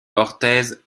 orthez